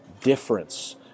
difference